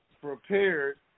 prepared